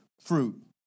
fruit